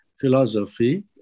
philosophy